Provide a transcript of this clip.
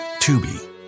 Tubi